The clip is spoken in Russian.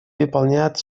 выполнять